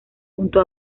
junto